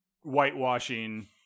whitewashing